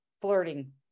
flirting